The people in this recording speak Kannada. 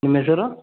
ನಿಮ್ಮ ಹೆಸರು